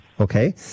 Okay